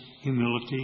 humility